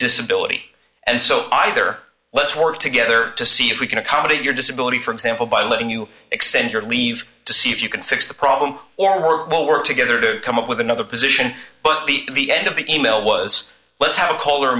disability and so either let's work together to see if we can accommodate your disability for example by letting you extend your leave to see if you can fix the problem or will work together to come up with another position but the the end of the email was let's h